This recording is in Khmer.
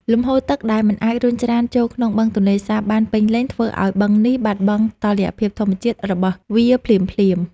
លំហូរទឹកដែលមិនអាចរុញច្រានចូលក្នុងបឹងទន្លេសាបបានពេញលេញធ្វើឱ្យបឹងនេះបាត់បង់តុល្យភាពធម្មជាតិរបស់វាភ្លាមៗ។